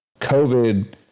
COVID